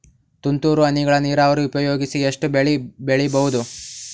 ತುಂತುರು ಹನಿಗಳ ನೀರಾವರಿ ಉಪಯೋಗಿಸಿ ಎಷ್ಟು ಬೆಳಿ ಬೆಳಿಬಹುದು?